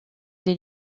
des